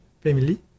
family